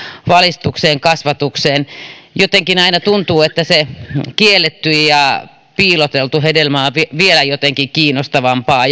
valistukseen kasvatukseen jotenkin aina tuntuu että se kielletty ja piiloteltu hedelmä on vielä jotenkin kiinnostavampaa